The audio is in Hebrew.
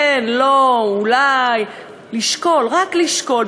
כן, לא, אולי, לשקול, רק לשקול.